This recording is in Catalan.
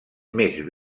més